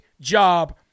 job